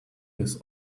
this